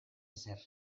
ezer